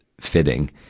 fitting